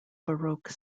baroque